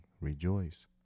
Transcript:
rejoice